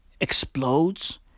explodes